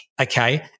Okay